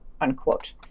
unquote